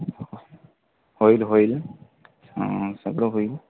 होईल होईल सगळं होईल